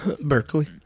Berkeley